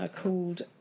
called